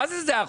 מה זה זה החוק?